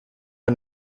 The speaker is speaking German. der